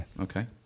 Okay